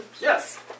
Yes